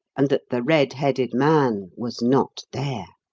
and that the red-headed man was not there.